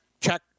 check